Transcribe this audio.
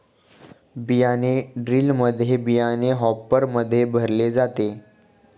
बियाणे ड्रिलमध्ये बियाणे हॉपरमध्ये भरले जाते